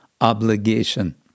obligation